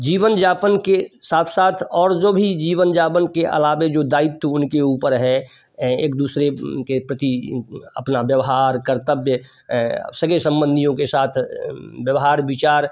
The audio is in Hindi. जीवन यापन के साथ साथ और जो भी जीवन यापन के अलावा जो दायित्व उनके ऊपर है एक दूसरे के प्रति अपना व्यवहार कर्तब्य सगे सम्बंधियों के साथ व्यवहार विचार